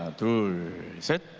ah to so